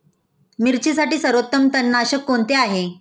मिरचीसाठी सर्वोत्तम तणनाशक कोणते आहे?